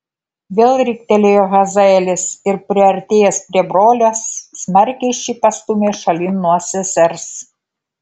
vėl riktelėjo hazaelis ir priartėjęs prie brolio smarkiai šį pastūmė šalin nuo sesers